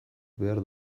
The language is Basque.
behar